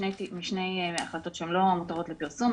משני החלטות שהן לא מותרות לפרסום,